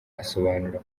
asobanura